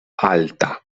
alta